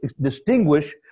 distinguish